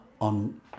on